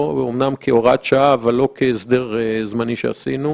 אמנם כהוראת שעה אך לא כהסדר זמני שעשינו.